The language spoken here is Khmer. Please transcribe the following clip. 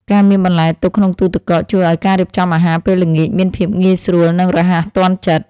ការមានបន្លែទុកក្នុងទូទឹកកកជួយឱ្យការរៀបចំអាហារពេលល្ងាចមានភាពងាយស្រួល និងរហ័សទាន់ចិត្ត។